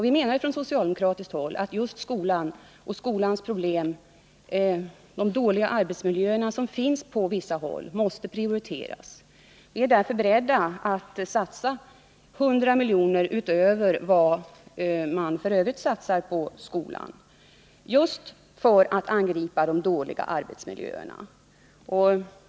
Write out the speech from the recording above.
Vi hävdar på socialdemokratiskt håll att åtgärder inriktade på skolans problem, med de dåliga arbetsmiljöer som finns på vissa håll, måste prioriteras. Vi är därför beredda att anslå 100 milj.kr. utöver vad som f. ö. satsas på skolan, just för att förbättra de dåliga arbetsmiljöerna.